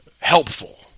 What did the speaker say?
helpful